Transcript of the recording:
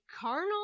carnal